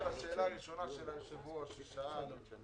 על השאלה הראשונה של היושב-ראש ששאל מה אתם